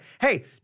hey